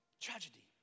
Tragedy